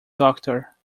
doctor